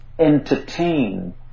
entertain